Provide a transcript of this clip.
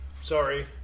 sorry